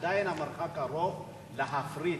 עדיין המרחק גדול מלהפריט,